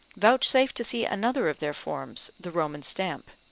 vouchsafe to see another of their forms, the roman stamp